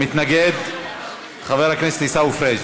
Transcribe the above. אדוני היושב-ראש,